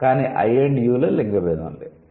కానీ 'I and you' లో లింగ భేదం లేదు